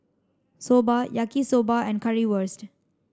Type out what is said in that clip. Soba Yaki Soba and Currywurst